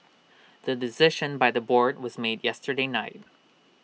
the decision by the board was made yesterday night